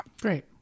great